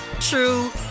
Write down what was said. true